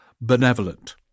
benevolent